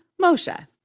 Moshe